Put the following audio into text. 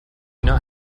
not